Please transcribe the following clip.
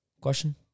question